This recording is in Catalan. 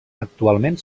actualment